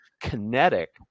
kinetic